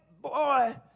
boy